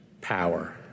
power